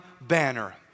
banner